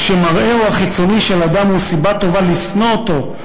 כשמראהו החיצוני של אדם הוא סיבה טובה לשנוא אותו,